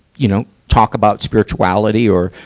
you know, talk about spirituality or,